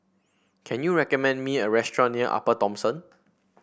can you recommend me a restaurant near Upper Thomson